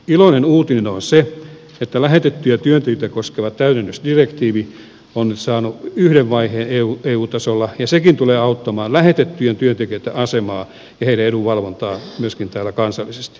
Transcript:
iloinen uutinen on se että lähetettyjä työntekijöitä koskeva täydennysdirektiivi on nyt saanut yhden vaiheen eu tasolla ja sekin tulee auttamaan lähetettyjen työntekijöitten asemaa ja heidän edunvalvontaansa myöskin täällä kansallisesti